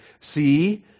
see